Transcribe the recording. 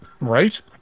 Right